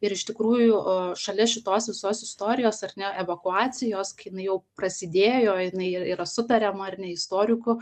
ir iš tikrųjų šalia šitos visos istorijos ar ne evakuacijos kai jinai jau prasidėjo jinai ir yra sutariama ar ne istorikų